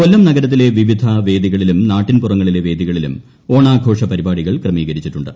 കൊല്ലം നഗരത്തിലെ വിവിധ വേദികളിലും നാട്ടിൻപുറങ്ങളിലെ വേദികളിലും ഓണാഘോഷ പരിപാടികൾ ക്രമീകരിച്ചിട്ടുണ്ട്